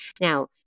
Now